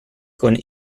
con